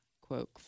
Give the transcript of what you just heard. quote